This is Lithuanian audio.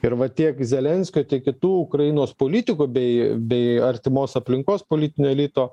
ir va tiek zelenskio tiek kitų ukrainos politikų bei bei artimos aplinkos politinio elito